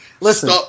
Listen